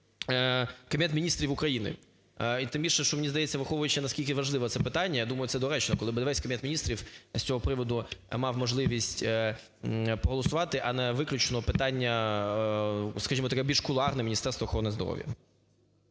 Кабінет Міністрів України. І тим більше, що мені здається, враховуючи, наскільки важливе це питання, я думаю, що це доречно, коли би весь Кабінет Міністрів з цього приводу мав можливість проголосувати, а не виключно питання, скажімо так, більш кулуарне Міністерство охорони здоров'я.